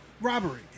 robbery